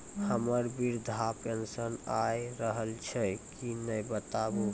हमर वृद्धा पेंशन आय रहल छै कि नैय बताबू?